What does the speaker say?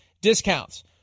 discounts